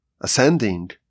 ascending